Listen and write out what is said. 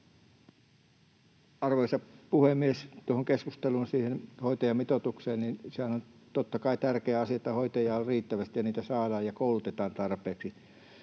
Arvoisa puhemies! Tuohon keskusteluun, siihen hoitajamitoitukseen, niin sehän on totta kai tärkeä asia, että hoitajia on riittävästi ja heitä saadaan ja koulutetaan tarpeeksi.